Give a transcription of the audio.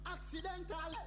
Accidental